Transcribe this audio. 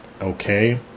okay